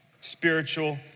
spiritual